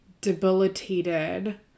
debilitated